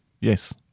Yes